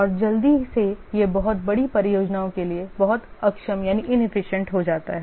और जल्दी से यह बहुत बड़ी परियोजनाओं के लिए बहुत अक्षम हो जाता है